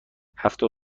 هفتاد